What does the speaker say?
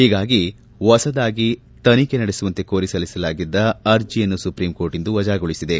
ಹೀಗಾಗಿ ಹೊಸದಾಗಿ ತನಿಖೆ ನಡೆಸುವಂತೆ ಕೋರಿ ಸಲ್ಲಿಕೆಯಾಗಿದ್ದ ಅರ್ಜಿಯನ್ನು ಸುಪ್ರೀಂ ಕೋರ್ಟ್ ಇಂದು ವಜಾಗೊಳಿಸಿದೆ